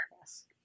yes